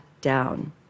down